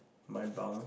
my bunk